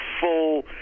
full